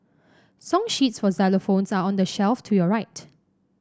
song sheets for xylophones are on the shelf to your right